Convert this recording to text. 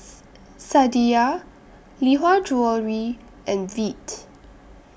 Sadia Lee Hwa Jewellery and Veet